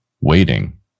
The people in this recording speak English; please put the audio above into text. waiting